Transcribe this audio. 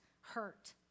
hurt